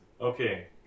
Okay